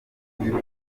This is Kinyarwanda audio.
niba